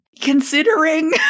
considering